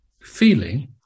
feeling